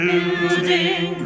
Building